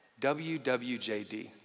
WWJD